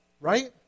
Right